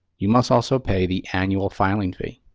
you must also pay the annual filing fee.